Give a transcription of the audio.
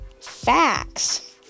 facts